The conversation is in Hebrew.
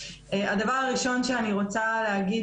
הדבר הראשון שאני רוצה להגיד,